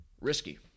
risky